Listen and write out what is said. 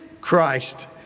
Christ